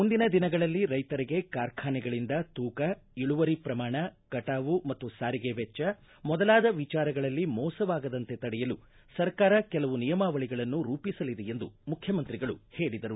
ಮುಂದಿನ ದಿನಗಳಲ್ಲಿ ರೈತರಿಗೆ ಕಾರ್ಖಾನೆಗಳಿಂದ ತೂಕ ಇಳುವರಿ ಪ್ರಮಾಣ ಕಟಾವು ಮತ್ತು ಸಾರಿಗೆ ವೆಚ್ಚ ಮೊದಲಾದ ವಿಚಾರಗಳಲ್ಲಿ ಮೋಸವಾಗದಂತೆ ತಡೆಯಲು ಸರ್ಕಾರ ಕೆಲವು ನಿಯಮಾವಳಿಗಳನ್ನು ರೂಪಿಸಲಿದೆ ಎಂದು ಮುಖ್ಯಮಂತ್ರಿಗಳು ಹೇಳಿದರು